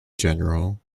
general